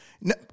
No